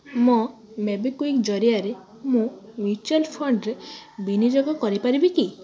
ମୋ ମୋବିକ୍ଵିକ୍ଜ ଜରିଆରେ ମୁଁ ମ୍ୟୁଚୁଆଲ୍ ଫଣ୍ଡରେ ବିନିଯୋଗ କରିପାରିବି କି